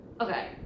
Okay